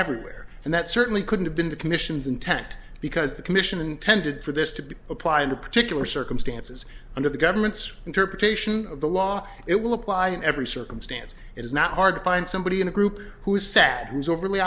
everywhere and that certainly couldn't have been the commission's intent because the commission intended for this to be applied to particular circumstances under the government's interpretation of the law it will apply in every circumstance it is not hard to find somebody in a group who is sad who is overly